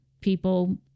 people